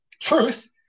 truth